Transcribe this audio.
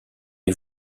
les